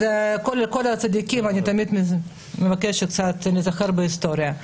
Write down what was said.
כל הצדיקים, אני מבקשת שניזכר קצת בהיסטוריה.